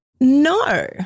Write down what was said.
No